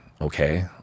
okay